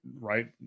right